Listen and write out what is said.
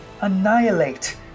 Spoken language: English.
annihilate